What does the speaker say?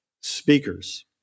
speakers